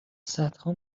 صدها